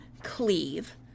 cleave